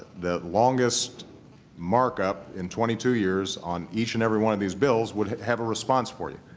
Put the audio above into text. the longest markup in twenty two years on each and every one of these bills, would have a response for you.